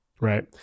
right